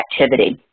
activity